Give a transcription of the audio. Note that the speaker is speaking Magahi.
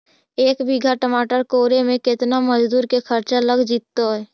एक बिघा टमाटर कोड़े मे केतना मजुर के खर्चा लग जितै?